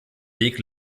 weg